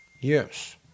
Yes